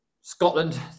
Scotland